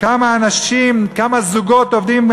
כמה זוגות עובדים,